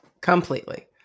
completely